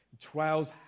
Trials